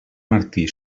martí